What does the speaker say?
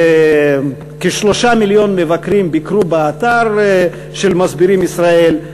כ-3 מיליון מבקרים ביקרו באתר של "מסבירים ישראל",